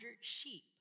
sheep